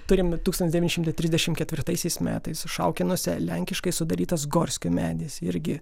turim tūkstantis devyni šimtai trisdešimt ketvirtaisiais metais šaukėnuose lenkiškai sudarytas gorskių medis irgi